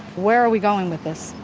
where are we going with this?